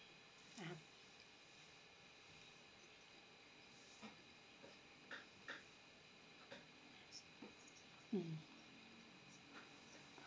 (uh huh) mm